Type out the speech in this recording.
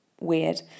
weird